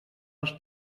els